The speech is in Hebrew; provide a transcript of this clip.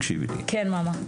כן מאמא.